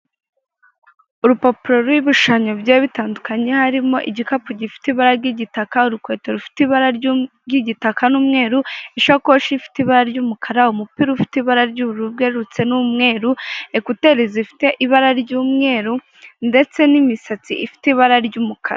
Urupapuro ruriho ibishushanyo bigiye bitandukanye, harimo igikapu gifite ibara ry'igitaka, urukweto rufite ibara ry'igitaka n'umweru, ishakoshi ifite ibara ry'umukara, umupira ufite ibara ry'ubururu bwerurutse n'umweru, ekuteri zifite ibara ry'umweru ndetse n'imisatsi ifite ibara ry'umukara.